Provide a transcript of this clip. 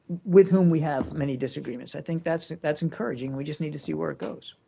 with whom we have many disagreements, i think that's that's encouraging. we just need to see where it goes.